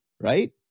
right